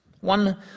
One